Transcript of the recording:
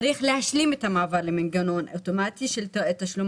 צריך להשלים את המעבר למנגנון אוטומטי של תשלום